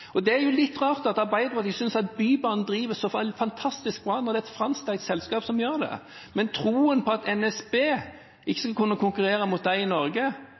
Det er jo litt rart at Arbeiderpartiet synes at Bybanen driver så fantastisk bra når det er et franskeid selskap som gjør det. Men troen på at NSB ikke skal kunne konkurrere mot dem i Norge,